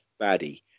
baddie